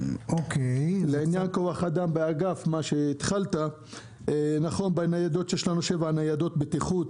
לעניין כוח האדם באגף, יש לנו שבע ניידות בטיחות,